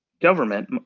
government